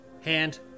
Hand